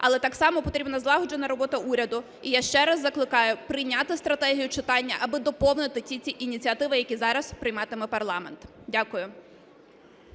але так само потрібна злагоджена робота уряду. І я ще раз закликаю прийняти стратегію читання, аби доповнити ті всі ініціативи, які зараз прийматиме парламент. Дякую.